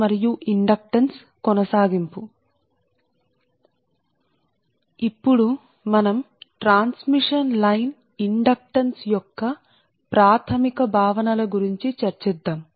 కాబట్టి ఇప్పుడు మనం ట్రాన్స్మిషన్ లైన్ యొక్కఇండక్టన్స్ ప్రాధమిక భావనల కోసం వెళ్తాము